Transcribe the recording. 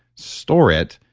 store it,